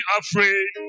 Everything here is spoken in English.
afraid